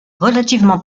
relativement